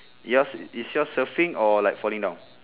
yours is your surfing or like falling down